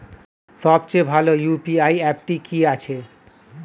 সবচেয়ে ভালো ইউ.পি.আই অ্যাপটি কি আছে?